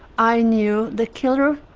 i knew the killer,